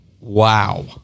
Wow